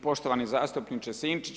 Poštovani zastupniče Sinčić.